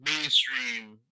mainstream